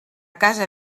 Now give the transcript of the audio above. casa